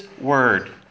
Word